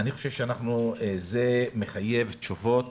אני חושב שזה מחייב תשובות